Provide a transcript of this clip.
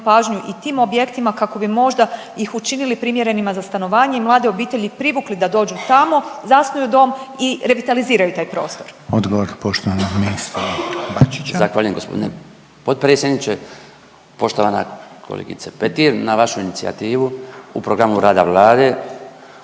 pažnju i tim objektima kako bi možda ih učinili primjerenima za stanovanje i mlade obitelji privukli da dođu tamo, zasnuju dom i revitaliziraju taj prostor? **Reiner, Željko (HDZ)** Odgovor poštovanog ministra Bačića. **Bačić, Branko (HDZ)** Zahvaljujem g. potpredsjedniče. Poštovana kolegice Petir, na vašu inicijativu u programu rada Vlada